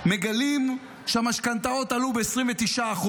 מגלים שהמשכנתאות עלו ב-29%.